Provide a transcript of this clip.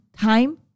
time